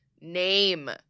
name